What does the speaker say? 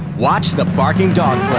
watch the barking dog.